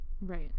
Right